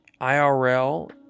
IRL